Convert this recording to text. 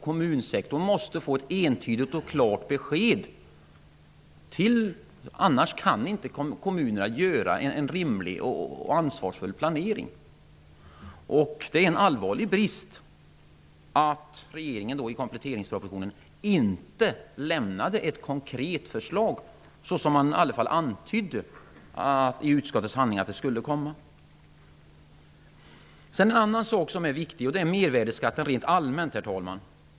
Kommunsektorn måste få ett entydigt och klart besked, annars kan inte kommunerna göra en rimlig och ansvarsfull planering. Det är en allvarlig brist att regeringen i kompletteringspropositionen inte lämnade ett konkret förslag som man i utskottet i alla fall antydde skulle komma. En annan sak som viktig är mervärdesskatten rent allmänt, herr talman.